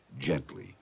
gently